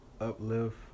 uplift